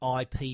IP